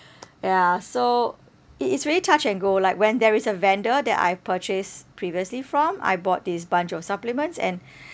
ya so it is really touch and go like when there is a vendor that I purchased previously from I bought this bunch of supplements and